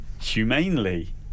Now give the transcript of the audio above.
humanely